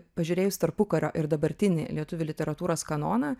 pažiūrėjus tarpukario ir dabartinį lietuvių literatūros kanoną